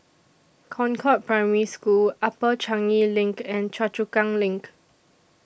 Concord Primary School Upper Changi LINK and Choa Chu Kang LINK